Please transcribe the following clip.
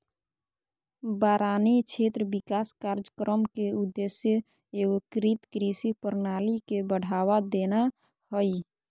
बारानी क्षेत्र विकास कार्यक्रम के उद्देश्य एगोकृत कृषि प्रणाली के बढ़ावा देना हइ